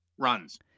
runs